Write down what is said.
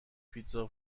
پیتزا